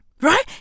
Right